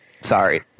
Sorry